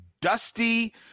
dusty